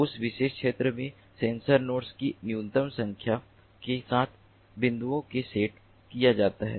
उस विशेष क्षेत्र में सेंसर नोड्स की न्यूनतम संख्या के साथ बिंदुओं को सेट किया गया है